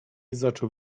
zaczął